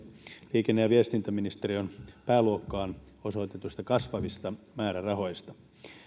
liikenne ja viestintäministeriön pääluokkaan osoitetuista kasvavista määrärahoista